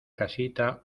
casita